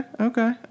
okay